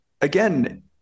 again